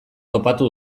topatu